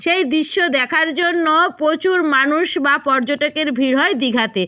সেই দিশ্য দেখার জন্য প্রচুর মানুষ বা পর্যটকের ভিড় হয় দীঘাতে